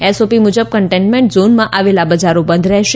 SOP મુજબ containment ઝોનમાં આવેલા બજારો બંધ રહેશે